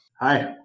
Hi